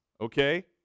okay